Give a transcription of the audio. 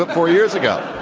ah four years ago.